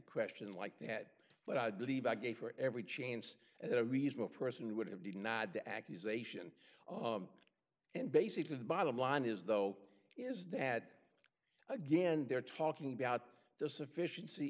question like that but i believe i gave for every chance at a reasonable person would have denied the accusation and basically the bottom line is though is that again they're talking about the sufficien